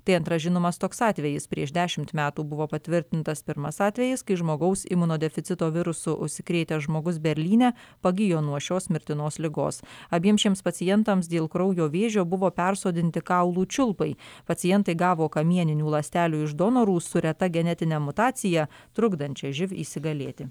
tai antras žinomas toks atvejis prieš dešimt metų buvo patvirtintas pirmas atvejis kai žmogaus imunodeficito virusu užsikrėtęs žmogus berlyne pagijo nuo šios mirtinos ligos abiem šiems pacientams dėl kraujo vėžio buvo persodinti kaulų čiulpai pacientai gavo kamieninių ląstelių iš donorų su reta genetine mutacija trukdančia živ įsigalėti